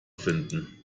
finden